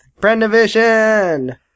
Brendavision